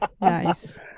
Nice